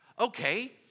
Okay